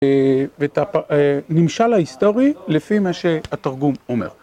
ואת הנמשל ההיסטורי לפי מה שהתרגום אומר.